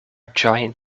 giant